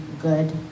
good